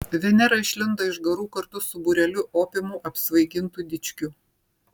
venera išlindo iš garų kartu su būreliu opiumu apsvaigintų dičkių